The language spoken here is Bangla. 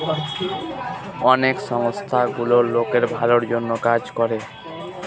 অনেক সংস্থা গুলো লোকের ভালোর জন্য কাজ করে